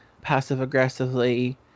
passive-aggressively